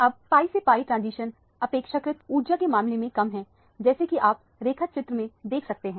अब pi से pi transition अपेक्षाकृत ऊर्जा के मामले में कम है जैसे कि आप रेखा चित्र में देख सकते हैं